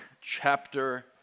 chapter